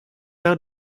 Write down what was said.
out